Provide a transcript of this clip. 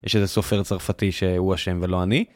יש איזה סופר צרפתי שהוא אשם ולא אני.